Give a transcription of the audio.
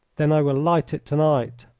then i will light it to-night.